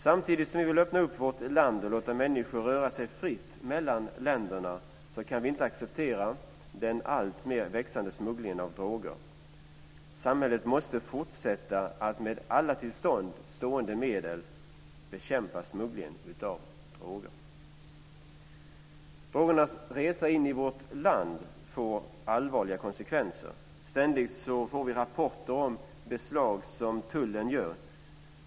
Samtidigt som vi vill öppna vårt land och låta människor röra sig fritt mellan länderna kan vi inte acceptera den alltmer växande smugglingen av droger. Samhället måste fortsätta att med alla till buds stående medel bekämpa smugglingen av droger. Drogernas resa in i vårt land får allvarliga konsekvenser. Vi får ständigt rapporter om beslag som tullen gör.